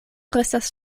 restas